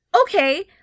okay